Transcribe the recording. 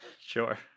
Sure